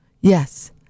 yes